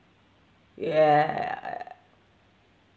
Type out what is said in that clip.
ya